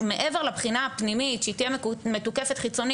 כולל כל המיומנויות האלה שאתם הצגתם כאן על השולחן,